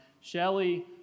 Shelly